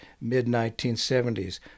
mid-1970s